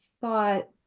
thought